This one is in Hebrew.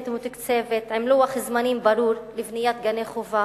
ומתוקצבת עם לוח זמנים ברור לבניית גני-חובה,